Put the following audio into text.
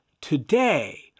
today